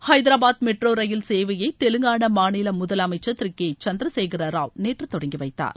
Hyderabad metro rail சேவையை தெலங்கானா மாநில முதலமைச்சர் திரு கே சந்திரசேகர்ராவ் நேற்று தொடங்கி வைத்தார்